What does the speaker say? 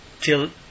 till